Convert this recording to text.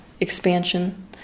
expansion